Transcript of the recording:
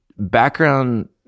background